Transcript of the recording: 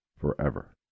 forever